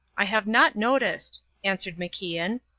i have not noticed, answered macian.